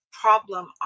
problem